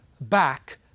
back